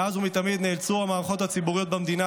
מאז ומתמיד נאלצו המערכות הציבוריות במדינה